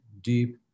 deep